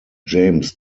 james